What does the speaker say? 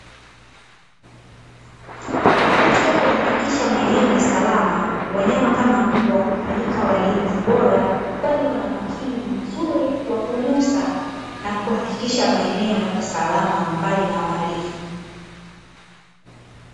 Katika kuhakikisha maeneo ni salama, wanyama kama mbwa hufanyika walinzi bora. Kwani wana umakini mzuri wa kunusa ma kuhakikisha maeneo yapo salama, mbali na uhalifu.